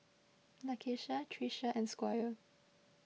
Lakeisha Trisha and Squire